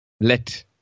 let